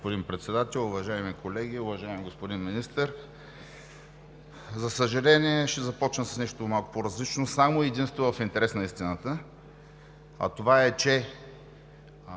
господин Председател, уважаеми колеги, уважаеми господин Министър! За съжаление, ще започна с нещо малко по-различно – само и единствено в интерес на истината, за да може